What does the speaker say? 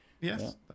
Yes